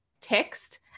text